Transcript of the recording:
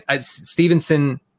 Stevenson